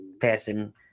passing